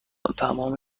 تمام